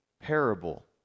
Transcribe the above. parable